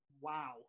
Wow